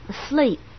Asleep